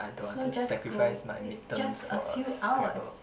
so just go it's just a few hours